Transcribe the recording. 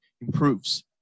improves